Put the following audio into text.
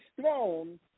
throne